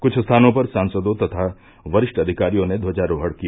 कुछ स्थानों पर सांसदों तथा वरिष्ठ अधिकारियों ने ध्वजारोहण किया